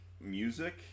music